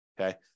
okay